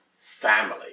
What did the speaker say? family